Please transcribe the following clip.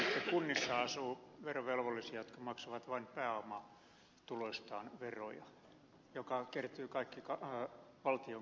onko oikein että kunnissa asuu verovelvollisia jotka maksavat vain pääomatuloistaan veroa joka kertyy kaikki valtion kassaan